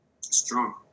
Strong